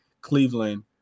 Cleveland